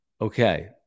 Okay